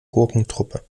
gurkentruppe